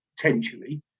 potentially